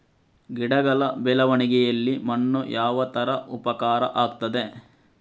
ಗಿಡಗಳ ಬೆಳವಣಿಗೆಯಲ್ಲಿ ಮಣ್ಣು ಯಾವ ತರ ಉಪಕಾರ ಆಗ್ತದೆ?